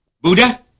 Buddha